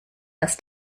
das